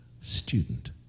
student